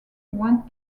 went